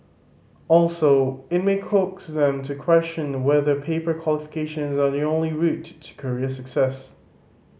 also it may coax them to question whether paper qualifications are the only route to career success